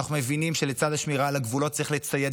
אנחנו מבינים שלצד השמירה על הגבולות צריך לצייד